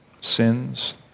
sins